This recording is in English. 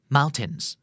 Mountains